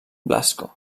blasco